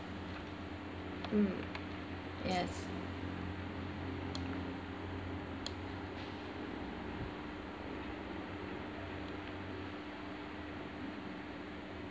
mm yes